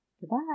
Goodbye